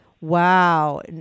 wow